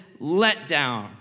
letdown